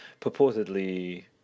purportedly